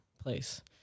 place